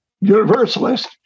Universalist